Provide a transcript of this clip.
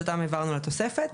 שאותם העברנו לתוספת.